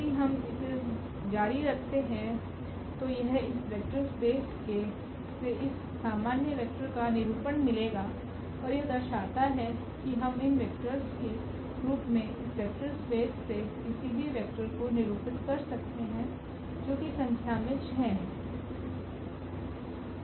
यदि हम इसे जारी रखते हैं तो यह इस वेक्टर स्पेस से इस सामान्य वेक्टर का निरूपण मिलेगा और यह दर्शाता है कि हम इन वेक्टोर्स के रूप में इस वेक्टर स्पेस से किसी भी वेक्टर को निरुपित कर सकते हैं जो की संख्या मे 6 है